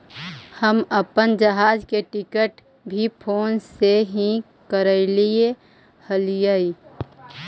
हम अपन जहाज के टिकट भी फोन से ही करैले हलीअइ